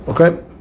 Okay